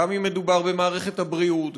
גם אם מדובר במערכת הבריאות,